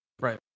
Right